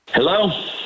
Hello